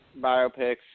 biopics